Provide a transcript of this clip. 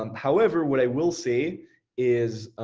um however, what i will say is,